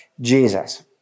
Jesus